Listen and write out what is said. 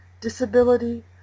disability